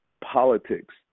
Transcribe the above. politics